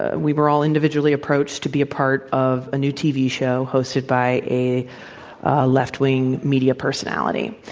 ah we were all individually approached to be a part of a new tv show hosted by a a left wing media personality.